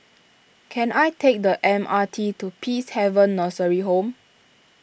can I take the M R T to Peacehaven Nursery Home